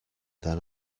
than